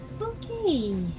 Okay